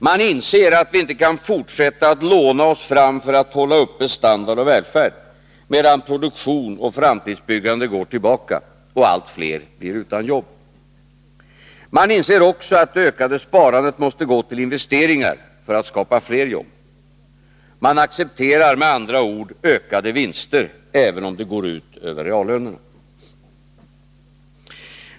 Man inser att vi inte kan fortsätta att låna oss fram för att hålla uppe standard och välfärd, medan produktion och framtidsbyggande går tillbaka och allt fler blir utan jobb. Man inser också att det ökade sparandet måste gå till investeringar för att skapa fler jobb. Man accepterar med andra ord ökade vinster, även om det går ut över reallönerna.